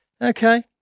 Okay